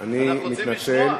ואנחנו רוצים לשמוע.